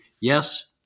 Yes